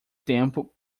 tempo